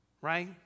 Right